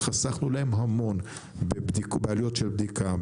חסכנו להם המון בעלויות של בדיקה,